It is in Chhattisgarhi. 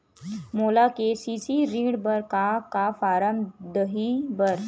मोला के.सी.सी ऋण बर का का फारम दही बर?